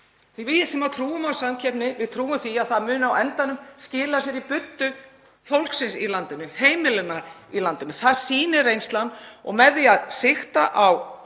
að við sem trúum á samkeppni trúum því að það muni á endanum skila sér í buddu fólksins í landinu, heimilanna í landinu. Það sýnir reynslan og með því að sigta á